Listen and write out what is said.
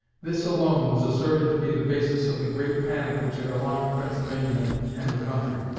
this alone was asserted to be the basis of the great panic which had alarmed pennsylvania and the country.